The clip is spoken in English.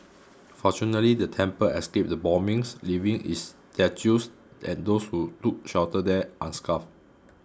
fortunately the temple escaped the bombings leaving its statues and those who took shelter there unscathed